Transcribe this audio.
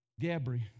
Gabri